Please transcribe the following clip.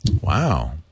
Wow